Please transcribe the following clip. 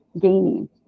gaining